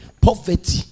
Poverty